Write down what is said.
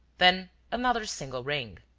then another single ring.